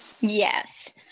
Yes